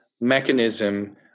mechanism